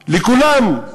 לכולם.